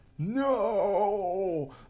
No